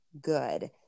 good